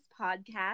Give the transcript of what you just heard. podcast